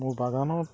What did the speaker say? মোৰ বাগানত